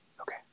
Okay